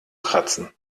kratzen